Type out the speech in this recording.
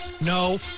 no